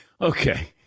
Okay